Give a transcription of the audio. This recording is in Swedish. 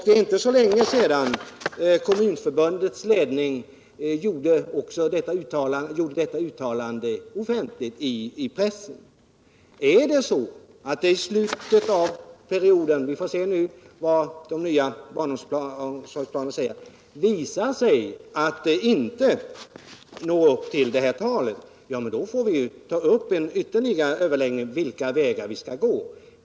Det är inte så länge sedan Kommunförbundets ledning offentligt gjorde det uttalandet i pressen. Visar det sig att man i slutet av perioden — vi får se vad de nya barnomsorgsplanerna säger — inte har nått upp till detta tal, då får vi på nytt ta upp överläggningar om vilka vägar vi skall gå.